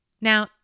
now